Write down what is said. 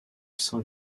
saint